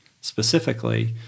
specifically